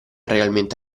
realmente